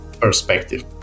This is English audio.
perspective